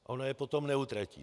Ona je potom neutratí.